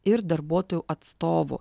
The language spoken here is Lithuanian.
ir darbuotojų atstovų